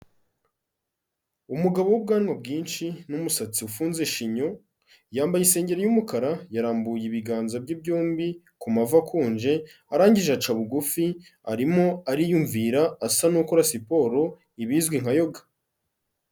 Umugabo w'ubwanwa bwinshi n'umusatsi ufunze shinyo, yambaye isengeri y'umukara, yarambuye ibiganza bye byombi ku mavi akunje, arangije aca bugufi arimo ariyumvira asa n'ukora siporo, ibizwi nka yoga.